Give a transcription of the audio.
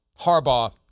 Harbaugh